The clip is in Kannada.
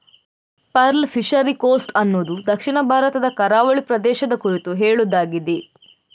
ಪರ್ಲ್ ಫಿಶರಿ ಕೋಸ್ಟ್ ಅನ್ನುದು ದಕ್ಷಿಣ ಭಾರತದ ಕರಾವಳಿ ಪ್ರದೇಶದ ಕುರಿತು ಹೇಳುದಾಗಿದೆ